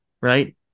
right